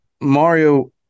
Mario